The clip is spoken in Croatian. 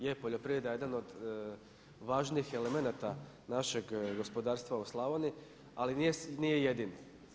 Je, poljoprivreda je jedan od važnih elemenata našeg gospodarstva u Slavoniji, ali nije jedini.